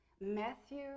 Matthew